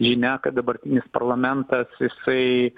žinia kad dabartinis parlamentas jisai